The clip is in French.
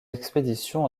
expéditions